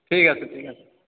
ঠিক আছে ঠিক আছে